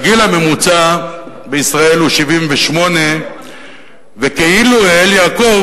היה שהגיל הממוצע בישראל הוא 78 וכאילו אייל יעקב